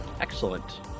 Excellent